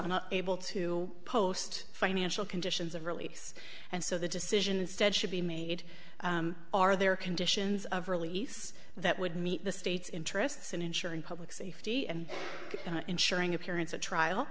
a not able to post financial conditions of release and so the decision instead should be made are there conditions of release that would meet the state's interests in ensuring public safety and ensuring appearance at trial